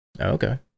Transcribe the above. Okay